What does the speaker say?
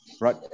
Right